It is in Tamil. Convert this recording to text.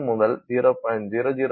1 முதல் 0